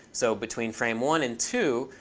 so between frame one and two,